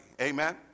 amen